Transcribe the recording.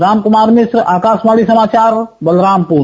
रामकुमार मिश्र आकाशवाणी समाचार बलरामपुर